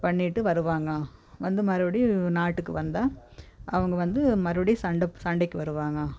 பண்ணிவிட்டு வருவாங்க வந்து மறுபடியும் நாட்டுக்கு வந்தா அவங்க வந்து மறுபடியும் சண்டை சண்டைக்கு வருவாங்க